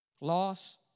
Loss